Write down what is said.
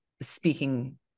speaking